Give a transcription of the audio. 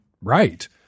right